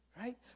right